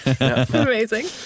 Amazing